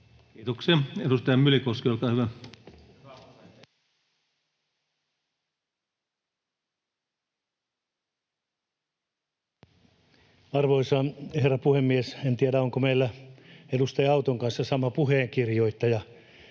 Kiitoksia. — Edustaja Myllykoski, olkaa hyvä. Arvoisa herra puhemies! En tiedä, onko meillä edustaja Autton kanssa sama puheenkirjoittaja,